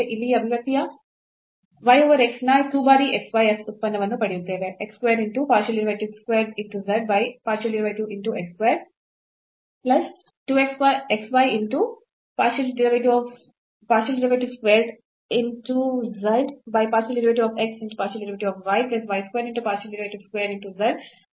ಇಲ್ಲಿ ಈ ಅಭಿವ್ಯಕ್ತಿಯ y over x ನ 2 ಬಾರಿ xy f ಉತ್ಪನ್ನವನ್ನು ಪಡೆಯುತ್ತೇವೆ